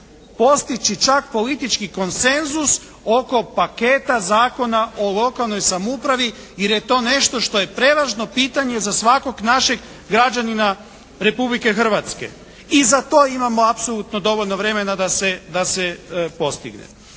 postići čak politički konsenzus oko paketa Zakona o lokalnoj samoupravi jer je to nešto što je prevažno pitanje za svakog našeg građanina Republike Hrvatske. I zato imamo apsolutno dovoljno vremena da se postigne.